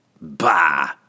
Bah